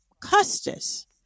Custis